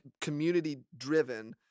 community-driven